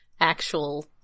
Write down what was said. actual